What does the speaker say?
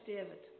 David